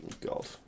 God